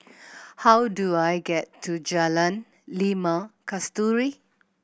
how do I get to Jalan Limau Kasturi